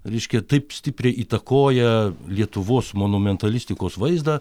reiškia taip stipriai įtakoja lietuvos monumentalitikos vaizdą